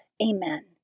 Amen